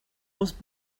was